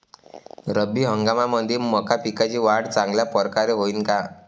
रब्बी हंगामामंदी मका पिकाची वाढ चांगल्या परकारे होईन का?